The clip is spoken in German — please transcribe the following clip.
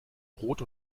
rot